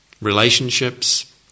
relationships